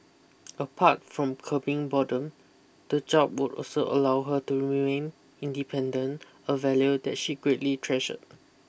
apart from curbing boredom the job would also allow her to remain independent a value that she greatly treasured